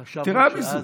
חשבנו שאז, יתרה מזה,